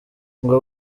ngo